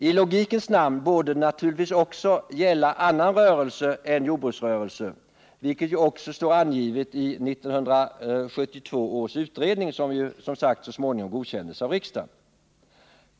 I logikens namn borde det naturligtvis också gälla annan rörelse än jordbruksrörelse, vilket också står angivet i 1972 års utredning. som så småningom godkändes av riksdagen.